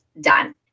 done